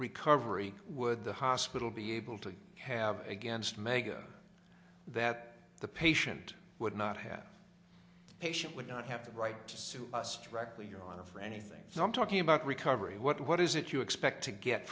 recovery would the hospital be able to have against mega that the patient would not have a patient would not have the right to sue us directly your honor for anything so i'm talking about recovery what is it you expect to get